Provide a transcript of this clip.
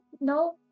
No